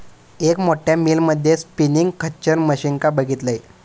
एक मोठ्या मिल मध्ये स्पिनींग खच्चर मशीनका बघितलंय